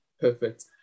Perfect